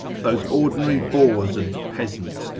those ordinary boors and peasants,